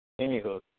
Anywho